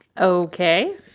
Okay